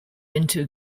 into